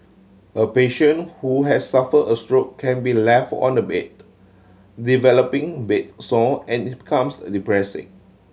a patient who has suffered a stroke can be left on the bed developing bed sore and comes depressing